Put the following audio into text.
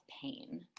pain